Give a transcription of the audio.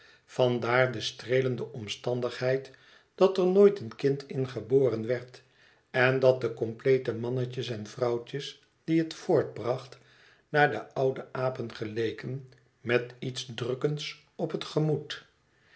vandaar de streelende omstandigheid dat er nooit een kind in geboren werd en dat de compleete mannetjes en vrouwtjes die het voortbracht naar de oude apen geleken met iets drukkends op het gemoed